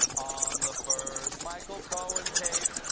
on the first michael cohen tape,